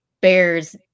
bears